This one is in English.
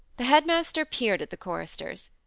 the head-master peered at the choristers.